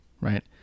right